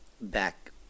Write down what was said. back